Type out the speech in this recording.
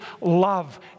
love